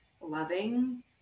loving